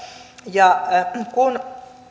ja kun